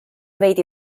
veidi